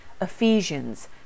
Ephesians